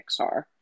Pixar